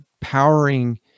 powering